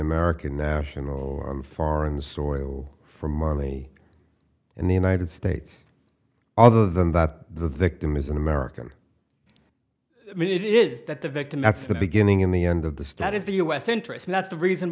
american national or foreign soil for money in the united states other than that the victim is an american i mean it is that the victim that's the beginning in the end of the state is the u s interest and that's the reason